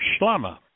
shlama